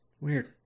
Weird